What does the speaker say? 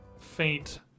faint